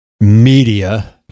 media